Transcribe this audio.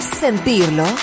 sentirlo